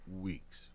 weeks